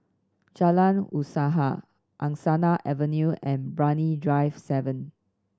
Jalan Usaha Angsana Avenue and Brani Drive Seven